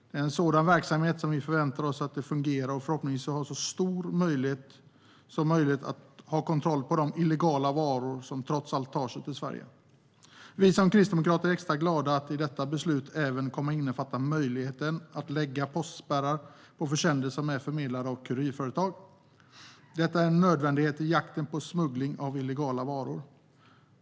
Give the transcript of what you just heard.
Det är en sådan verksamhet vi förväntar oss fungerar och, förhoppningsvis, ger så stor potential som möjligt att ta kontroll över de illegala varor som trots allt tar sig till Sverige. Vi kristdemokrater är extra glada att detta beslut även kommer att innefatta möjligheten att lägga postspärrar på försändelser som förmedlas av kurirföretag. Detta är en nödvändighet i jakten på smugglade illegala varor.